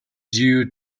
you